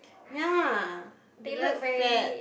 ya very fat